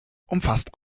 umfasst